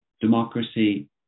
democracy